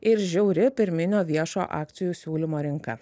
ir žiauri pirminio viešo akcijų siūlymo rinka